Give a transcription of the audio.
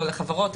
לא לחברות,